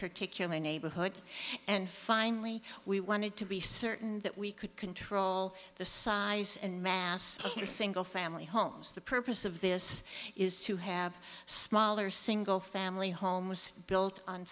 particular neighborhood and finally we wanted to be certain that we could control the size and mass of your single family homes the purpose of this is to have smaller single family homes built on